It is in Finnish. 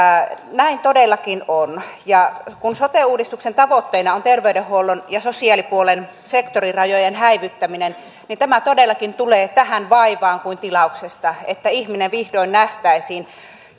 näin todellakin on ja kun sote uudistuksen tavoitteena on terveydenhuollon ja sosiaalipuolen sektorirajojen häivyttäminen niin tämä todellakin tulee tähän vaivaan kuin tilauksesta että ihminen vihdoin nähtäisiin